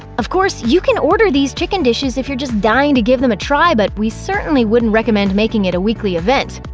of course, you can order these chicken dishes if you're just dying to give them a try, but we certainly wouldn't recommend making it a weekly event.